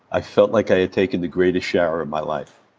i felt like i had taken the greatest shower of my life.